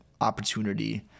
opportunity